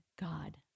God